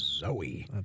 Zoe